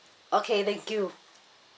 okay thank you